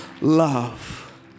love